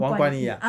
王冠逸啊